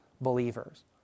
believers